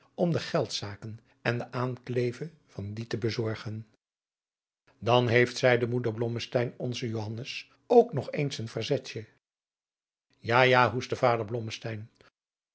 om de geldzaken en de aankleve van dien te bezorgen dan heeft zeide moeder blommesteyn onze johannes ook nog eens een verzet ja ja hoestte vader